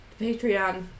Patreon